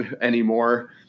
anymore